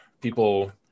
people